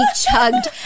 chugged